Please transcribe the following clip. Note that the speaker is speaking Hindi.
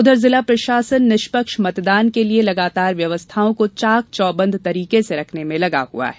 उधर जिला प्रशासन निष्पक्ष मतदान के लिये लगातार व्यवस्थाओं को चाक चौबंद तरीके रखने में लगा हुआ है